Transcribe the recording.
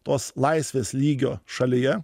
tos laisvės lygio šalyje